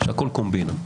שהכול קומבינה.